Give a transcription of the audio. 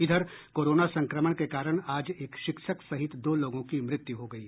इधर कोरोना संक्रमण के कारण आज एक शिक्षक सहित दो लोगों की मृत्यु हो गयी